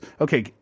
okay